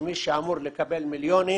שמי שאמור לקבל מיליונים